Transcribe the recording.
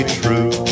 true